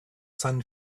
sun